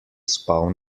spal